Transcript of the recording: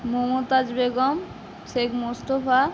Mumtaz Begum Sheikh Mustafa